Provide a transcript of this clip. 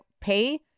pay